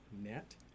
net